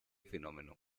fenómeno